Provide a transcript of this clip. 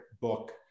book